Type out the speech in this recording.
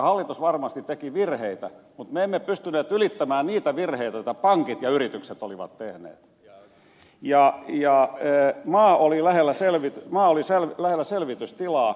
hallitus varmasti teki virheitä mutta me emme pystyneet ylittämään niitä virheitä joita pankit ja yritykset olivat tehneet ja maa oli lähellä selvitystilaa